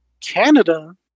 canada